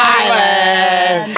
island